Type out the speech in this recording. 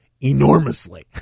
enormously